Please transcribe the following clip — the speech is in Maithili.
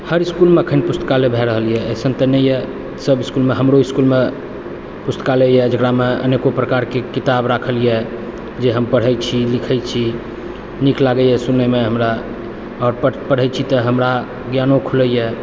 हर इसकुलमे एखैन पुस्तकालय भयऽ रहल यऽ एसन तऽ नहि यऽ सब इसकुल हमरो इसकुलमे पुस्तकालय यऽ जेकरामे अनेको प्रकारके किताब राखल यऽ जे हम पढ़ै छी लिखै छी नीक लागैए सुनैमे हमरा आओर पढ़ पढ़ै छी तऽ हमरा ज्ञान आओर खुलै यऽ